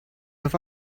have